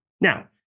Now